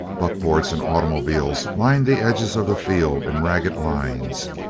buckboards and automobiles lined the edges of the field in ragged lines,